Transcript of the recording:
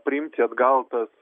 priimti atgautas